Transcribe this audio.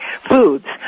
foods